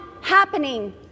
happening